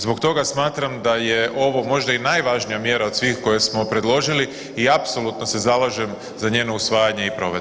Zbog toga smatram da je ovo možda i najvažnija mjera od svih koje smo predložili i apsolutno se zalažem za njeno usvajanje i provedbu.